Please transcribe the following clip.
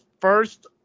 first